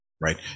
right